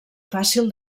fàcil